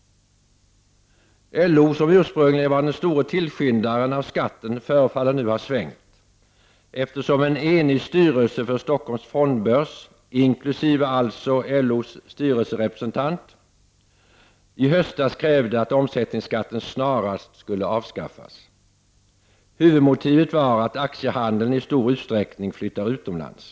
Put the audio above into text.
LO, som ursprungligen var den store tillskyndaren av skatten, förefaller nu ha svängt, eftersom en enig styrelse för Stockholms fondbörs, dvs. inkl. LO:s styrelserepresentant, i höstas krävde att omsättningsskatten snarast skulle avskaffas. Huvudmotivet var att aktiehandeln i stor utsträckning flyttar utomlands.